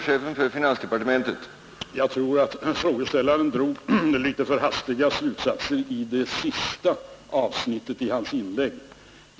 Herr talman! Jag tror att frågeställaren drog något för hastiga slutsatser i det sista avsnittet av sitt inlägg.